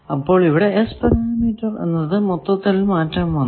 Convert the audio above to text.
അപ്പോൾ ഇവിടെ S parameter എന്നത് മൊത്തത്തിൽ മാറ്റം വന്നു